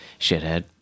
shithead